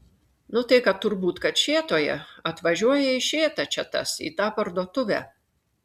nu tai kad turbūt kad šėtoje atvažiuoja į šėtą čia tas į tą parduotuvę